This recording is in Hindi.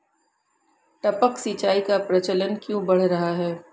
टपक सिंचाई का प्रचलन क्यों बढ़ रहा है?